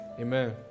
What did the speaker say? Amen